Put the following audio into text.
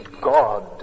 God